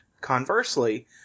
conversely